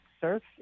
surf